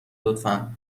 لطفا